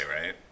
right